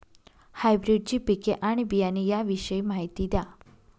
हायब्रिडची पिके आणि बियाणे याविषयी माहिती द्या